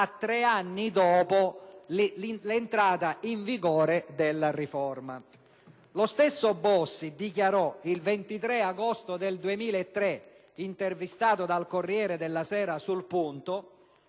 tre anni dopo l'entrata in vigore della riforma. Lo stesso Bossi dichiarò, il 23 agosto del 2003, intervistato dal «Corriere della Sera» sul punto,